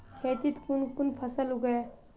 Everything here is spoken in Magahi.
खेतीत कुन कुन फसल उगेई?